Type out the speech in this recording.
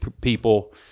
people